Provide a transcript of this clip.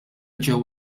ġew